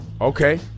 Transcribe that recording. Okay